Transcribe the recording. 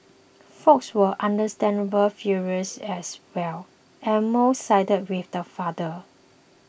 folks were understandably furious as well and most sided with the father